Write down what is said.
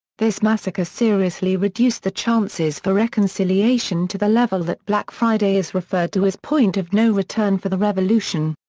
this massacre seriously reduced the chances for reconciliation to the level that black friday is referred to as point of no return for the revolution.